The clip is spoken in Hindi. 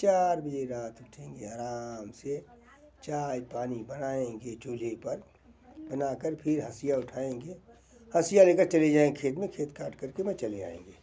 चार बजे रात उठेंगे आराम से चाय पानी बनाएंगे चूल्हे पर बना कर फिर हंसिया उठाएंगे हंसिया ले कर चले जाएंगे खेत में खेत काट कर के बस चले आएंगे